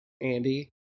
Andy